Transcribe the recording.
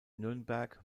nürnberg